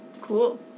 Cool